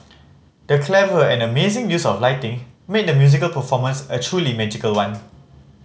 the clever and amazing use of lighting made the musical performance a truly magical one